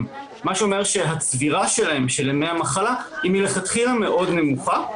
מה שאומר שצבירת ימי המחלה שלהם מלכתחילה מאוד נמוכה,